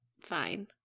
fine